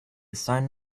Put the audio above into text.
sign